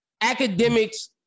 academics